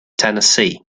tennessee